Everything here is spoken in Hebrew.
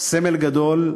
סמל גדול.